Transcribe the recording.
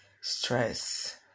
stress